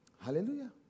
Hallelujah